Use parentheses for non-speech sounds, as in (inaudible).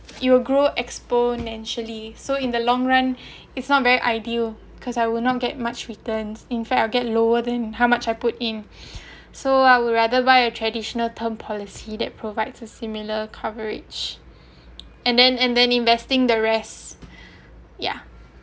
you will grow exponentially so in the long run it's not very ideal because I will not get much returns in fair I'll get lower than how much I put in so I will rather buy a traditional term policy that provides a similar coverage (breath) and then and then investing the rest yeah